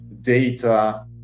data